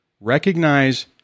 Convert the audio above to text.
recognize